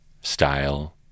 style